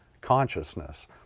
consciousness